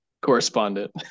Correspondent